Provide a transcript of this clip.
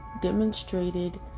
demonstrated